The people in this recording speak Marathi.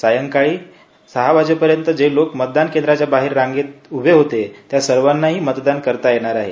सायंकाळी सहा वाजेपर्यंत जे लोक मतदान केंद्राच्या बाहेर रांगेत उभे होते त्या सर्वांनांही मतदान करता येणार आहे